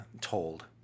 told